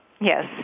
Yes